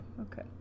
Okay